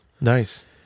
Nice